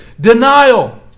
denial